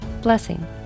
Blessing